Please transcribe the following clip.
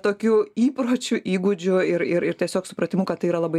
tokiu įpročiu įgūdžiu ir ir ir tiesiog supratimu kad tai yra labai